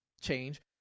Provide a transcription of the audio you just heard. change